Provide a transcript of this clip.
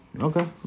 Okay